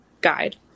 guide